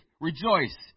Rejoice